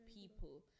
people